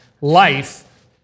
life